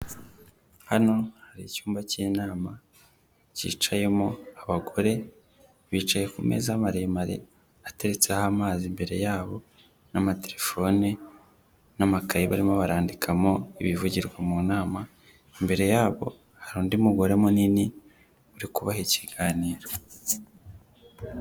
Hano hari icyumba k'inama kicayemo abagore bicaye ku meza maremare ateretseho amazi imbere yabo n'amatelefone n'amakayi barimo barandikamo ibivugirwa mu nama imbere yabo hari undi mugore munini uri kubaha ikiganiro.